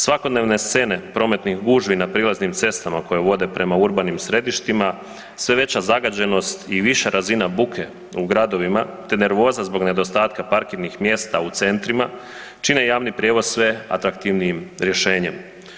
Svakodnevne scene prometnih gužvi na prilaznim cestama koje vode prema urbanim središtima, sve veća zagađenost i viša razina buke u gradovima te nervoza zbog nedostatka parkirnih mjesta u centrima, čine javni prijevoz sve atraktivnijim rješenjem.